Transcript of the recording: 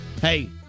Hey